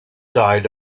died